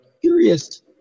curious